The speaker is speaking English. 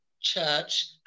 church